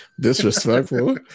Disrespectful